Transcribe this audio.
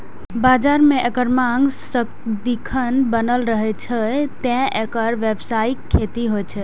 बाजार मे एकर मांग सदिखन बनल रहै छै, तें एकर व्यावसायिक खेती होइ छै